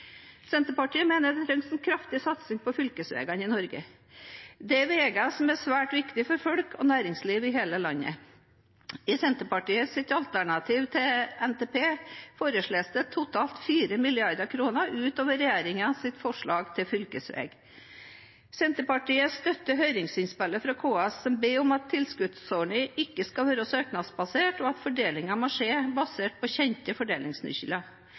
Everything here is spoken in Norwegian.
Senterpartiet mener det trengs en kraftig satsing på fylkesveiene i Norge. Dette er veier som er svært viktig for folk og næringsliv i hele landet. I Senterpartiets alternative NTP foreslås det totalt 4 mrd. kr utover regjeringens forslag til fylkesvei. Senterpartiet støtter høringsinnspillet fra KS, som ber om at tilskuddsordningen ikke skal være søknadsbasert, og at fordelingen må skje basert på kjente